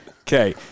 Okay